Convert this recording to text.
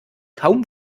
kaum